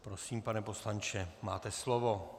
Prosím, pane poslanče, máte slovo.